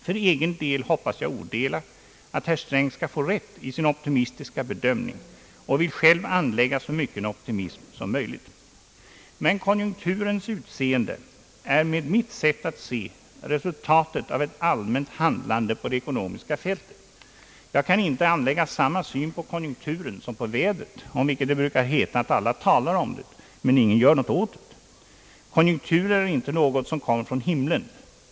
För egen del hoppas jag odelat, att herr Sträng skall få rätt i sin optimistiska bedömning, och vill själv anlägga så mycken optimism som möjligt. Men konjunkturens utseende är med mitt sätt att se resultatet av ett allmänt handlande på det ekonomiska fältet. Jag kan inte anlägga samma syn på konjunkturen som på vädret, om vilket det brukar heta, att alla talar om det men ingen gör något åt det. Konjunkturen är inte något som kommer från himlen.